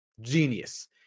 Genius